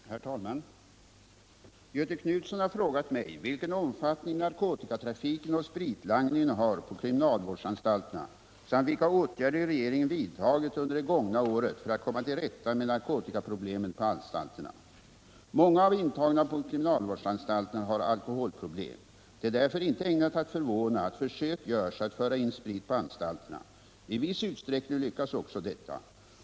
Herr talman! Göthe Knutson har frågat mig vilken omfattning narkotikatrafiken och spritlangningen har på kriminalvårdsanstalterna samt vilka åtgärder regeringen vidtagit under det gångna året för att komma till rätta med narkotikaproblemen på anstalterna. Många av de intagna på kriminalvårdsanstalterna har alkoholproblem. Det är därför inte ägnat att förvåna att försök görs att föra in sprit på anstalterna. I viss utsträckning lyckas också detta.